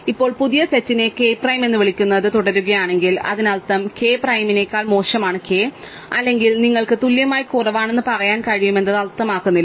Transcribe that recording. ഇപ്പോൾ പുതിയ സെറ്റിനെ k പ്രൈം എന്ന് വിളിക്കുന്നത് തുടരുകയാണെങ്കിൽ അതിനർത്ഥം k പ്രൈമിനേക്കാൾ മോശമാണ് k അല്ലെങ്കിൽ നിങ്ങൾക്ക് തുല്യമായി കുറവാണെന്ന് പറയാൻ കഴിയുമെന്നത് അർത്ഥമാക്കുന്നില്ല